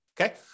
okay